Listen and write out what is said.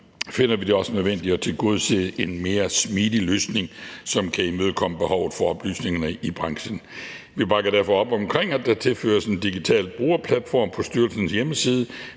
finder vi det også nødvendigt at tilgodese en mere smidig løsning, som kan imødekomme behovet for oplysningerne i branchen. Vi bakker derfor op om, at der tilføres en digital brugerplatform på styrelsens hjemmeside